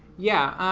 yeah,